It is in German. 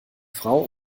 frau